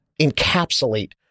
encapsulate